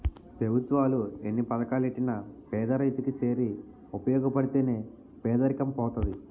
పెభుత్వాలు ఎన్ని పథకాలెట్టినా పేదరైతు కి సేరి ఉపయోగపడితే నే పేదరికం పోతది